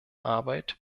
arbeit